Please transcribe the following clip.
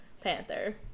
panther